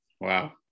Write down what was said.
Wow